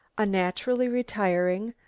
a naturally retiring,